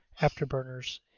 Afterburners